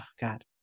God